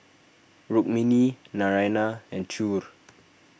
Rukmini Naraina and Choor